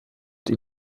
die